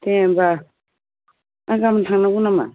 दे होमबा आं गाबोन थांनांगौ नामा